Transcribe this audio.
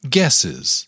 Guesses